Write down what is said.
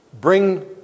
bring